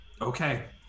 Okay